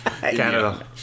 Canada